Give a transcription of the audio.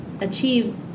achieve